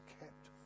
kept